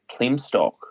Plimstock